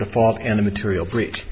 default and the material breach